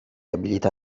abilità